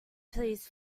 please